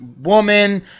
woman